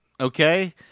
okay